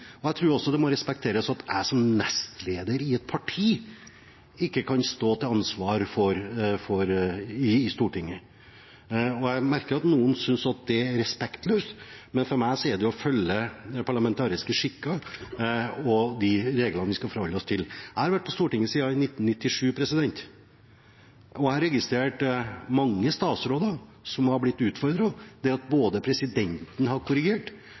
Jeg tror også det må respekteres at jeg som nestleder i et parti ikke kan stå til ansvar i Stortinget. Jeg merker at noen synes det er respektløst, men for meg er det å følge parlamentariske skikker og de reglene vi skal forholde oss til. Jeg har vært på Stortinget siden 1997, og jeg har registrert mange statsråder som er blitt utfordret, både der presidenten har korrigert,